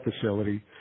facility